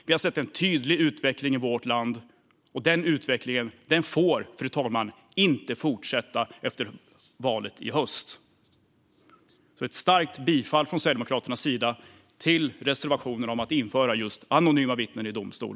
Vi har sett en tydlig utveckling i vårt land, och den utvecklingen får inte fortsätta efter valet i höst. Därför yrkar jag ett starkt bifall från Sverigedemokraternas sida till reservation 14 om att införa anonyma vittnen i domstol.